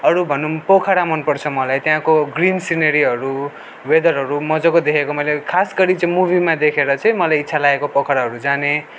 अरू भनौँ पोखरा मनपर्छ मलाई त्यहाँको ग्रिन सिनेरियोहरू वेदरहरू मजाको देखेको मैले खास गरी चाहिँ मुभीमा देखेर चाहिँ मलाई इच्छा लागेको पोखराहरू जाने